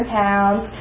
pounds